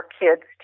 kids